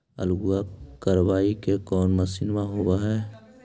आलू कबाड़े के कोन मशिन होब है?